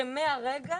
שמהרגע